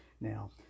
now